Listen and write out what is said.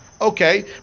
Okay